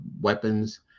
weapons